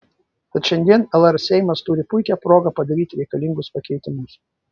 tad šiandien lr seimas turi puikią progą padaryti reikalingus pakeitimus